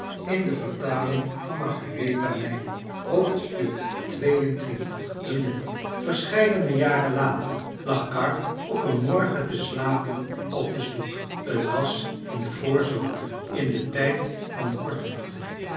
de nonnen verscheidene jaren later lag karr op een morgen te slapen op de stoep t was in den voorzomer in den tijd van de korte nachten